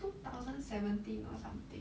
two thousand seventeen or something